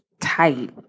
tight